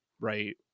right